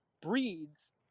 breeds